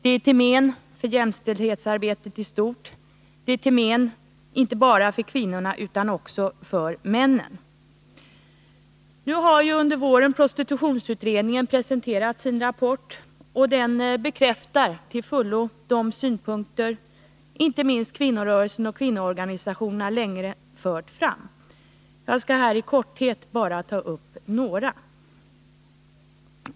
Det är till men för jämställdhetsarbetet i stort, och det är till men inte bara för kvinnorna utan också för männen. Under våren har prostitutionsutredningen presenterat sin rapport, och den bekräftar till fullo de synpunkter som inte minst kvinnorörelsen och kvinnoorganisationerna länge fört fram. Jag skall här i korthet ta upp några.